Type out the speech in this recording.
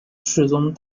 世宗